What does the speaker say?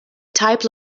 type